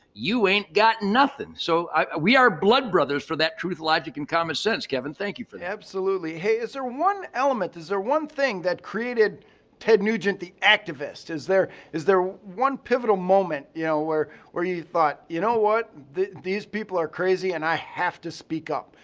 you ain't got nothing. so we are blood brothers for that truth, logic and common sense kevin. thank you for absolutely. hey, is there one element, is there one thing that created ted nugent the activist? is there is there one pivotal moment you know where where you thought, you know what, these people are crazy and i have to speak up.